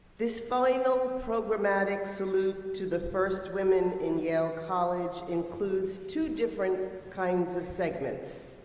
this final programmatic salute to the first women in yale college includes two different kinds of segments.